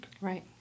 Right